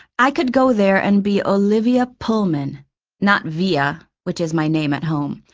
i could go there and be olivia pullman not via, which is my name at home.